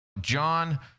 John